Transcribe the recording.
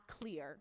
clear